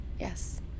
yes